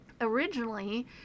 Originally